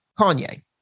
Kanye